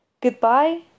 goodbye